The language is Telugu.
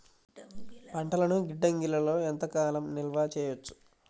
పంటలను గిడ్డంగిలలో ఎంత కాలం నిలవ చెయ్యవచ్చు?